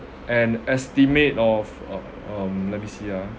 an estimate of uh um let me see ah